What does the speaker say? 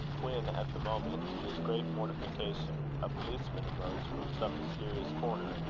when, at the moment, to his great mortification, a policeman emerged from some mysterious corner,